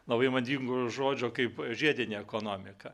naujo madingo žodžio kaip žiedinė ekonomika